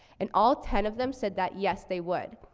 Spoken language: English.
and all ten of them said that yes, they would.